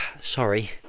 sorry